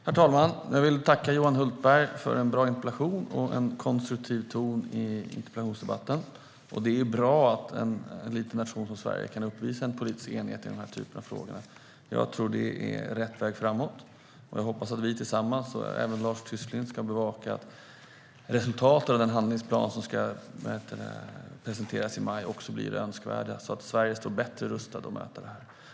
Herr talman! Jag vill tacka Johan Hultberg för en bra interpellation och en konstruktiv ton i interpellationsdebatten. Det är bra att en liten nation som Sverige kan uppvisa politisk enighet i den här typen av frågor. Jag tror att det är rätt väg framåt. Jag hoppas att vi tillsammans, även Lars Tysklind, kan bevaka att resultaten av den handlingsplan som ska presenteras i maj blir önskvärda, så att Sverige står bättre rustat att möta det här.